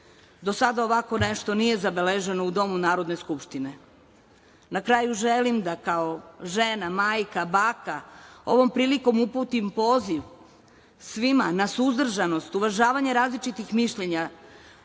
Do sada ovako nešto nije zabeleženo u Domu Narodne skupštine. Na kraju, želim da kao žena, majka, baka, ovom prilikom uputim poziv svima na suzdržanost, uvažavanje različitih mišljenja,